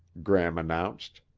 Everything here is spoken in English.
gram announced.